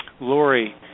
Lori